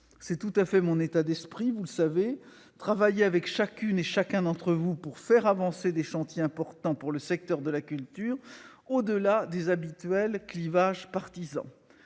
c'est tout à fait mon état d'esprit : travailler avec chacune et chacun d'entre vous pour faire avancer des chantiers importants pour le secteur de la culture, au-delà des habituels clivages partisans.